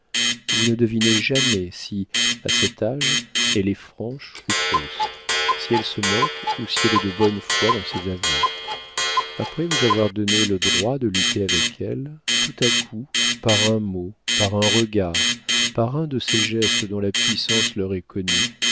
vous ne devinez jamais si à cet âge elle est franche ou fausse si elle se moque ou si elle est de bonne foi dans ses aveux après vous avoir donné le droit de lutter avec elle tout à coup par un mot par un regard par un de ces gestes dont la puissance leur est connue